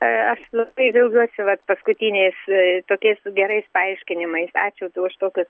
ee aš labai džiaugiuosi vat paskutiniais ee tokiais gerais paaiškinimais ačiū už tokius